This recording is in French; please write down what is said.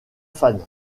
fan